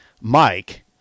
Mike